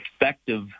effective